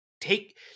take